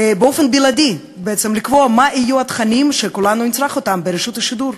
באופן בלעדי בעצם לקבוע מה יהיו התכנים שכולנו נצרוך ברשות השידור.